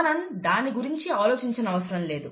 మనం దాని గురించి ఆలోచించనవసరం లేదు